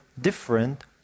different